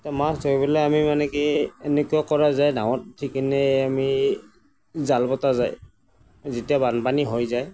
মাছ ধৰিবলৈ আমি মানে কি এনেকুৱা কৰা যায় ডাঙৰ সেইকাৰণে আমি সেই জাল পতা যায় যেতিয়া বানপানী হৈ যায়